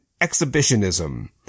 exhibitionism